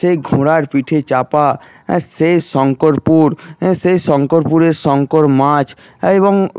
সেই ঘোড়ার পিঠে চাপা সেই শঙ্করপুর সেই শঙ্করপুরের শঙ্কর মাছ এবং